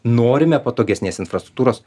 norime patogesnės infrastruktūros